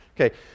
Okay